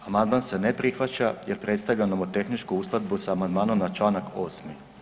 Amandman se ne prihvaća jer predstavlja nomotehničku uskladbu sa amandmanom na čl. 8.